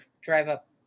drive-up